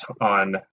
on